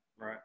Right